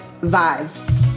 vibes